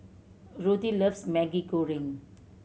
Ruthie loves Maggi Goreng